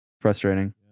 frustrating